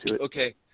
Okay